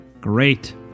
great